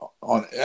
on –